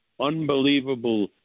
unbelievable